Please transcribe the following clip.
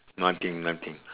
nothing nothing